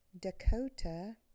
Dakota